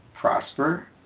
prosper